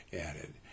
added